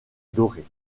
dorée